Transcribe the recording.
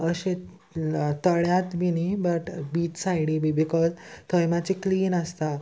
अशें तळ्यांत बी न्ही बट बीच सायडी बी बिकॉज थंय मातशें क्लीन आसता